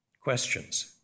questions